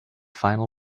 final